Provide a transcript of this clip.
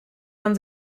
man